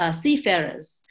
seafarers